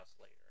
later